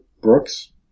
Brooks